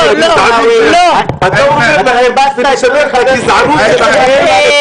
בשביל לשמר את הגזענות שלהם.